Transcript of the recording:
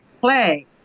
play